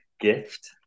gift